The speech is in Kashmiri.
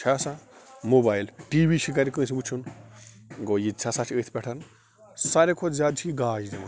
چھُ آسان موبایل ٹی وی چھُ گَرِ کٲنٛسہِ وٕچھُن گوٚو یہِ تہِ ہسا چھُ أتھۍ پٮ۪ٹھ سارے کھۄتہٕ زیادٕ چھِ یہِ گاش دِوان